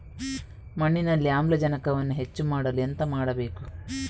ಮಣ್ಣಿನಲ್ಲಿ ಆಮ್ಲಜನಕವನ್ನು ಹೆಚ್ಚು ಮಾಡಲು ಎಂತ ಮಾಡಬೇಕು?